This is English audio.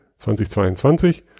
2022